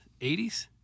80s